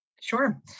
Sure